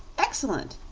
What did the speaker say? excellent!